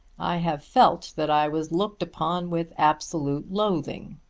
i have felt that i was looked upon with absolute loathing.